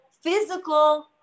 physical